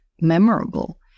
memorable